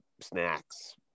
snacks